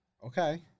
Okay